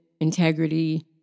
integrity